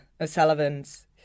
O'Sullivan's